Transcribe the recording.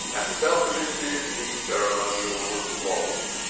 at the belcovitches' the ceremonial was long,